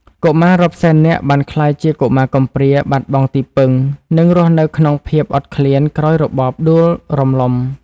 កុមាររាប់សែននាក់បានក្លាយជាកុមារកំព្រា បាត់បង់ទីពឹង និងរស់នៅក្នុងភាពអត់ឃ្លានក្រោយរបបដួលរំលំ។